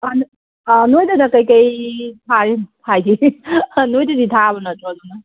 ꯍꯥꯟꯅ ꯅꯣꯏꯗꯅ ꯀꯩꯀꯩ ꯊꯥꯔꯤꯅꯣ ꯍꯥꯏꯗꯤ ꯅꯣꯏꯗꯗꯤ ꯊꯥꯕ ꯅꯠꯇ꯭ꯔꯣ ꯑꯗꯨꯅ